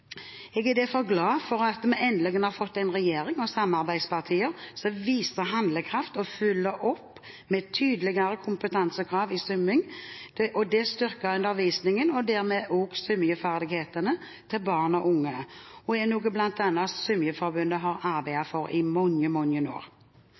Jeg er derfor glad for at vi endelig har fått en regjering, og samarbeidspartier, som viser handlekraft og følger opp med tydeligere kompetansekrav i svømming. Det styrker undervisningen og dermed også svømmeferdighetene til barn og unge, og er noe bl.a. Svømmeforbundet har arbeidet for i mange, mange år.